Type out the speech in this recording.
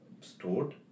stored